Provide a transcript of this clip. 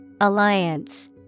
Alliance